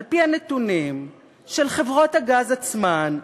על-פי הנתונים של חברות הגז עצמן,